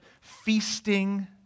feasting